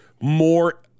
more